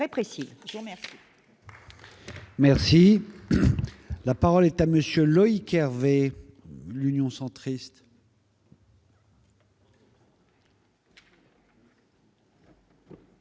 je vous remercie